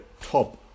top